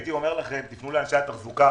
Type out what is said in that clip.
הייתי אומר לכם - תפנו לאנשי התחזוקה